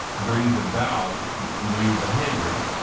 brings about new behavior.